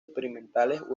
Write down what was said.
experimentales